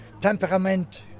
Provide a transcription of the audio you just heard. temperament